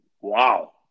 Wow